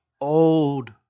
Old